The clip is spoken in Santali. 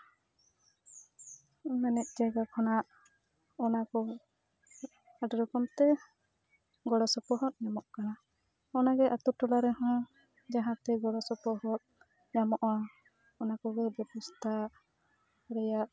ᱢᱟᱱᱮ ᱡᱟᱭᱜᱟ ᱠᱷᱚᱱᱟᱜ ᱚᱱᱟ ᱠᱚ ᱟᱹᱰᱤ ᱨᱚᱠᱚᱢ ᱛᱮ ᱜᱚᱲᱚ ᱥᱚᱯᱚᱦᱚᱫ ᱧᱟᱢᱚᱜ ᱠᱟᱱᱟ ᱚᱱᱟᱜᱮ ᱟᱛᱳ ᱴᱚᱞᱟ ᱨᱮᱦᱚᱸ ᱡᱚᱦᱚᱸᱛᱮ ᱜᱚᱲᱚ ᱥᱚᱯᱚᱦᱚᱫ ᱧᱟᱢᱚᱜᱼᱟ ᱚᱱᱟ ᱠᱚᱜᱮ ᱵᱮᱵᱚᱥᱛᱷᱟ ᱨᱮᱭᱟᱜ